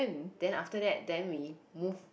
then after that then we move